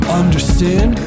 understand